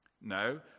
No